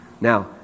Now